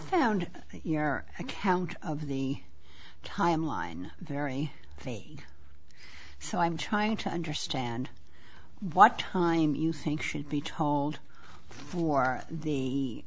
your account of the time line very think so i'm trying to understand what time you think should be told for the